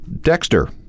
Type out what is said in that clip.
Dexter